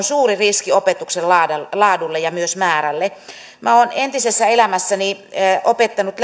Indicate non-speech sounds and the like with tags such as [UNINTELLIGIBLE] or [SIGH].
[UNINTELLIGIBLE] suuri riski opetuksen laadulle ja myös määrälle kun ne toteutetaan ennen tätä rakenneuudistusta olen entisessä elämässäni opettanut [UNINTELLIGIBLE]